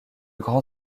grand